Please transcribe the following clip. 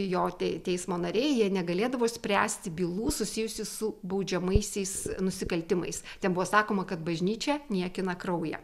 jo tei teismo nariai jie negalėdavo spręsti bylų susijusių su baudžiamaisiais nusikaltimais ten buvo sakoma kad bažnyčia niekina kraują